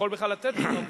יכול בכלל לתת תשובה מוסמכת.